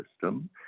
system